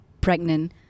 pregnant